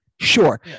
sure